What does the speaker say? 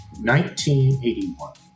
1981